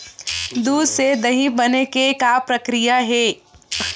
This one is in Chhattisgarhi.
दूध से दही बने के का प्रक्रिया हे?